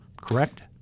correct